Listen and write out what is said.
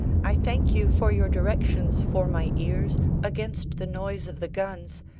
i thank you for your directions for my ears against the noise of the guns,